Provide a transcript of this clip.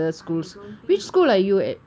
I don't think they can